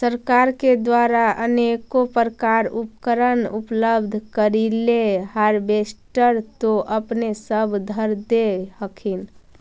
सरकार के द्वारा अनेको प्रकार उपकरण उपलब्ध करिले हारबेसटर तो अपने सब धरदे हखिन?